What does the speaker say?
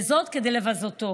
וזאת כדי לבזותו,